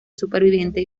superviviente